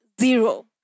zero